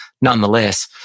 nonetheless